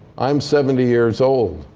i'm seventy years old.